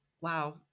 Wow